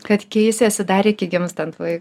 kad keisiesi dar iki gimstant vaikui